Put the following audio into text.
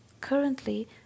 Currently